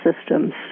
systems